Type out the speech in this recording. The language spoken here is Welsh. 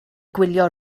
gwylio